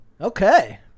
Okay